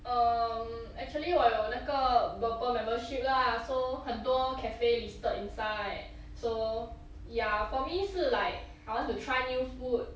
um actually 我有那个 purple membership lah so 很多 cafe listed inside so ya for me 是 like I want to try new food